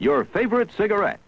your favorite cigarette